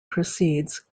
proceeds